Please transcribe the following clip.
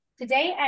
Today